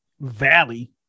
valley